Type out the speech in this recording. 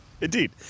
indeed